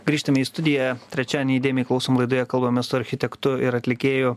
grįžtame į studiją trečiadienį įdėmiai klausom laidoje kalbamės su architektu ir atlikėju